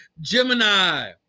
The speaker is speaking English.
Gemini